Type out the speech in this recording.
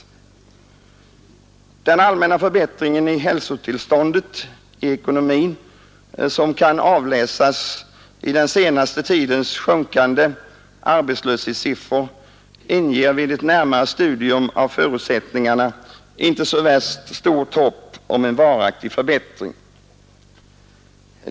Den allmänna förbättring i hälsotillståndet för ekonomin, som kan avläsas i den senaste tidens sjunkande arbetslöshetssiffror, inger vid ett närmare studium av förutsättningarna inte så värst stort hopp om en varaktig förbättring.